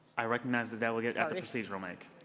i recognize the delegate at the procedural mic.